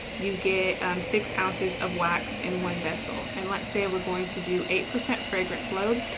you get six ounces of wax in one vessel. and let's say, we're going to do eight percent fragrance load.